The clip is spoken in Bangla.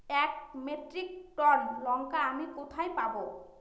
এক মেট্রিক টন লঙ্কা আমি কোথায় পাবো?